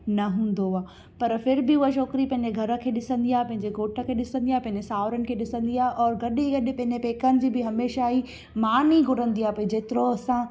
न हूंदो आहे पर फिर बि उहा छोकिरी पंहिंजे घर खे ॾिसंदी आहे पंहिंजे घोट खे ॾिसंदी आहे पंहिंजे साहुरनि खे ॾिसंदी आहे और गॾु ई गॾु पंहिंजे पेकनि जी बि हमेशह ई मान ई घुरंदी आहे भई जेतिरो असां